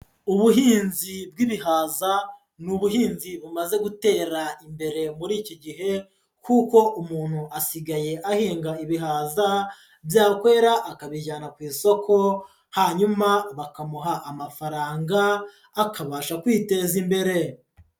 Ubuhinzi bw'ibihaza ni ubuhinzi bumaze gutera imbere muri iki gihe kuko umuntu asigaye ahinga ibihaza, byakwera akabijyana ku isoko hanyuma bakamuha amafaranga akabasha kwiteza imbere.